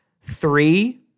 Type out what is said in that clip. three